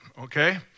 okay